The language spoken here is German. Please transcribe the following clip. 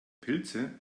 pilze